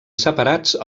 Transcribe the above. separats